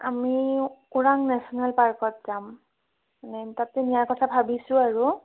আমি ওৰাং নেশ্যনেল পাৰ্কত যাম মানে তাতে নিয়াৰ কথা ভাবিছোঁ আৰু